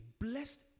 Blessed